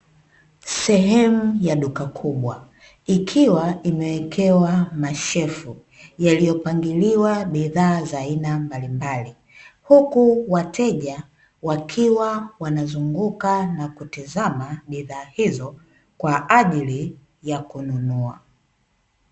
Sehemu ya duka kubwa ikiwa imewekewa mashelfu, yaliyopangiliwa bidhaa za aina mbalimbali, huku wateja wakiwa wanazunguka na kutazama bidhaa hizo kwa ajili ya kununua.